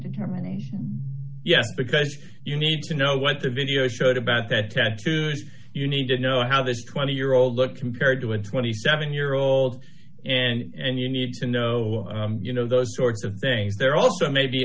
determination yes because you need to know what the video showed about that tattoo you need to know how this twenty year old looked compared to a twenty seven year old and you need to know you know those sorts of things there also may be